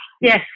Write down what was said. Yes